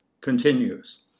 continues